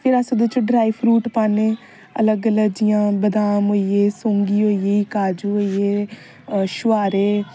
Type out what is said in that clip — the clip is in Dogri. थोह्ड़ा अस ओहदे बिच ड्राई फ्रूट पान्ने अलग अलग जियां बदाम होई गे सौंगी होई गेई काजू होई गे छुहारे